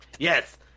Yes